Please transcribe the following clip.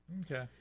Okay